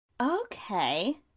Okay